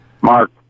Mark